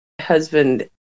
husband